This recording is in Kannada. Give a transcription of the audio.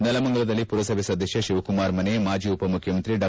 ನೆಲಮಂಗಲದಲ್ಲಿ ಪುರಸಭೆ ಸದಸ್ಕ ಶಿವಕುಮಾರ್ ಮನೆ ಮಾಜಿ ಉಪಮುಖ್ಯಮಂತ್ರಿ ಡಾ